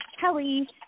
kelly